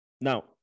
now